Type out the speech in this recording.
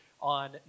on